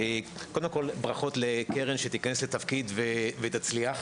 קודם כל, ברכות לקרן שתיכנס לתפקיד ותצליח.